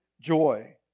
joy